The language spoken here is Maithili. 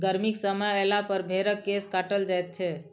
गर्मीक समय अयलापर भेंड़क केश काटल जाइत छै